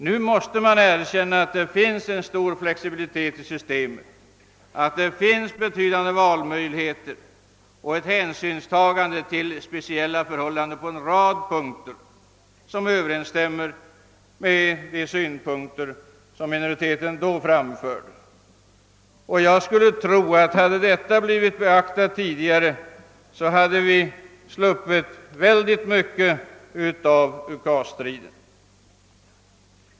Nu måste man erkänna att det finns en stor flexibilitet i systemet, att det finns betydande valmöjligheter och ett hänsynstagande till speciella förhållanden på en rad punkter, vilket allt överensstämmer med de synpunkter som minoriteten då framförde. Hade detta blivit beaktat tidigare, tror jag att vi skulle ha sluppit mycket av UKAS-striden.